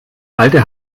alte